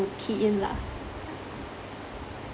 key in lah